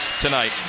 tonight